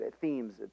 themes